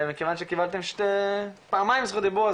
כיוון שקיבלתם פעמיים זכות דיבור,